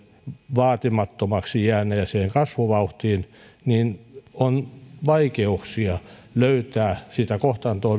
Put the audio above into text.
vaatimattomaksi jääneeseen kasvuvauhtiin on vaikeuksia löytää keinoja kohtaanto